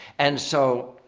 and so,